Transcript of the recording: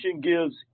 gives